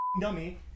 dummy